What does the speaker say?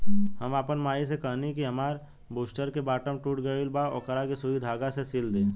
हम आपन माई से कहनी कि हामार बूस्टर के बटाम टूट गइल बा ओकरा के सुई धागा से सिल दे